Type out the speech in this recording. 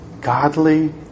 godly